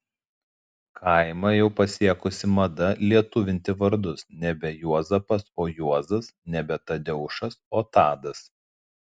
kaimą jau pasiekusi mada lietuvinti vardus nebe juozapas o juozas nebe tadeušas o tadas